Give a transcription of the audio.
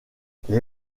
les